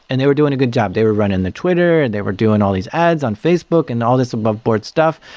and they were doing a good job. they were running the twitter and they were doing all these ads on facebook and all these aboveboard stuff,